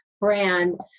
brand